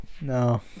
no